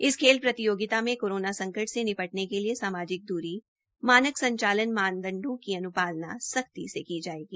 इस खेल प्रतियोगिता में कोरोना संकट से निपटने के लिए सामाजिक द्ररी मानक संचालन मानदंडों की अन्पालना सख्ती से की जायेगी